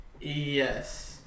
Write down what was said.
Yes